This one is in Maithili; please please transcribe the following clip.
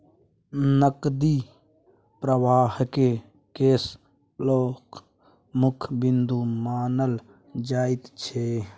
नकदी प्रवाहकेँ कैश फ्लोक मुख्य बिन्दु मानल जाइत छै